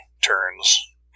turns